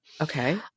Okay